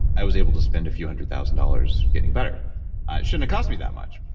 i was able to spend a few hundred thousand dollars getting better. it shouldn't cost me that much,